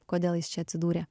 kodėl jis čia atsidūrė